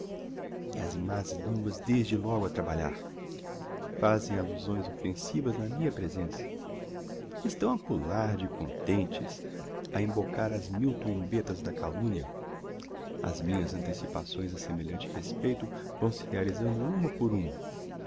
e as más linguas desde logo a trabalhar fazem allusões offensivas na minha presença estão a pular de contentes a embocar as mil trombetas da calumnia as minhas antecipações a semelhante respeito vão se realizando uma por uma